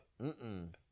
Mm-mm